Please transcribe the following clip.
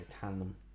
tandem